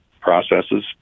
processes